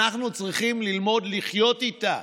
אנחנו צריכים ללמוד לחיות איתה,